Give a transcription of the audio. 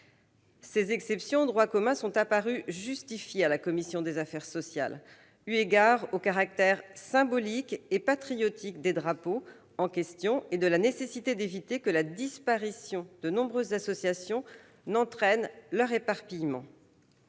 Ces exceptions au droit commun sont apparues justifiées à la commission des affaires sociales, eu égard au caractère symbolique et patriotique des drapeaux en question et à la nécessité d'éviter que la disparition de nombreuses associations n'entraîne leur dispersion.